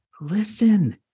Listen